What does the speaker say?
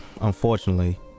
unfortunately